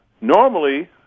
normally